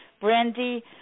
Brandy